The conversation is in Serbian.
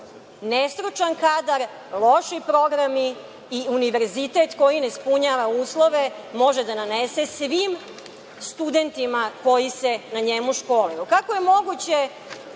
nestručan kadar, loši programi i univerzitet koji ne ispunjava uslove može da nanese svim studentima koji se u njemu školuju? Kako